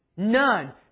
None